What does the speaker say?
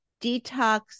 detox